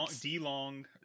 D-Long